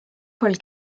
paul